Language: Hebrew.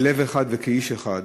בלב אחד וכאיש אחד,